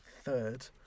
third